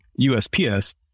USPS